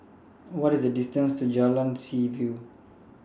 What IS The distance to Jalan Seaview